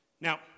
Now